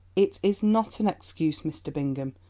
it is not an excuse, mr. bingham,